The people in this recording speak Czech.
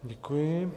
Děkuji.